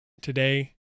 today